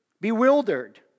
bewildered